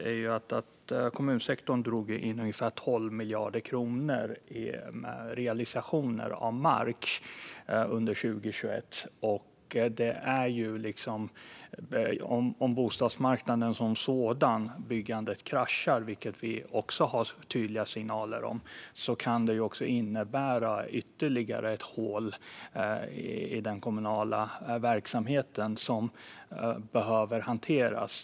Kommunsektorn drog under 2021 in ungefär 12 miljarder kronor genom realisationer av mark. Om bostadsmarknaden och byggandet kraschar, vilket vi får tydliga signaler om, kan det innebära ytterligare ett hål i den kommunala verksamheten som behöver hanteras.